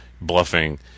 bluffing